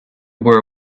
were